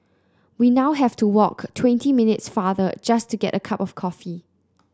we now have to walk twenty minutes farther just to get a cup of coffee